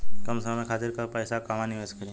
कम समय खातिर के पैसा कहवा निवेश करि?